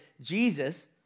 Jesus